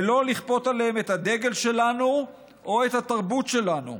ולא לכפות עליהם את הדגל שלנו או את התרבות שלנו.